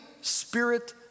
Spirit